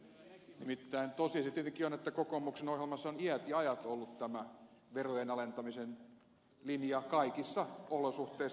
nimittäin tosiasia tietenkin on että kokoomuksen ohjelmassa on iät ja ajat ollut tämä verojen alentamisen linja kaikissa olosuhteissa